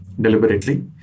deliberately